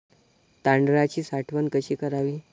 तांदळाची साठवण कशी करावी?